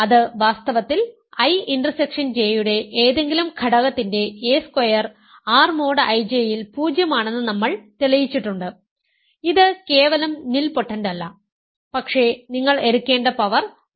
അത് വാസ്തവത്തിൽ I intersection J യുടെ ഏതെങ്കിലും ഘടകത്തിന്റെ a square R mod IJ യിൽ 0 ആണെന്ന് നമ്മൾ തെളിയിച്ചിട്ടുണ്ട് ഇത് കേവലം നിൽപോട്ടന്റല്ല പക്ഷേ നിങ്ങൾ എടുക്കേണ്ട പവർ വെറും 2 ആണ്